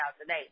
today